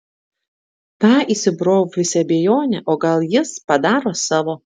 ta įsibrovusi abejonė o gal jis padaro savo